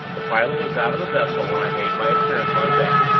the pilot was out of the vessel when i made my appearance on deck,